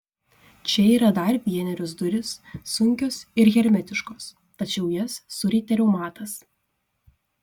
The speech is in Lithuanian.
čia yra dar vienerios durys sunkios ir hermetiškos tačiau jas surietė reumatas